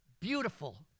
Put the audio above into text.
beautiful